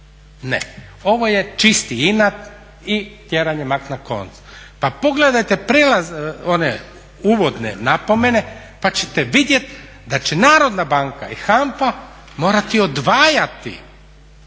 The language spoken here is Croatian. Ne, ovo je čisti inat i tjeranje mak na konac. Pa pogledajte prijelaz one uvodne napomene pa ćete vidjeti da će Narodna banka i Hanfa morati odvajati